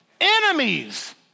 enemies